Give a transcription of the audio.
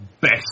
best